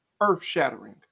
earth-shattering